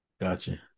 Gotcha